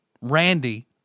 randy